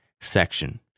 section